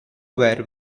where